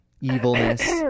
evilness